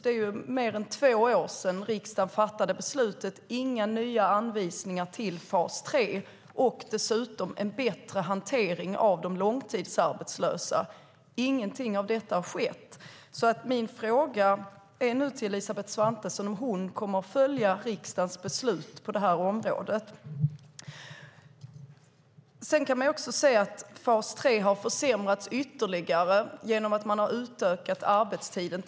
Det är mer än två år sedan riksdagen fattade beslutet om inga nya anvisningar till fas 3 och dessutom en bättre hantering av de långtidsarbetslösa. Ingenting av detta har skett. Min fråga till Elisabeth Svantesson är: Kommer du att följa riksdagens beslut på det här området? Man kan också säga att fas 3 har försämrats ytterligare genom att man har utökat arbetstiden.